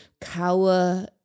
cower